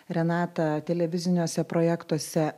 renata televiziniuose projektuose